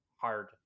hard